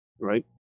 right